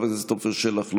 חבר הכנסת עפר שלח,